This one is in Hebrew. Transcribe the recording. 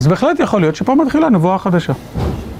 אז בהחלט יכול להיות שפה מתחילה הנבואה החדשה.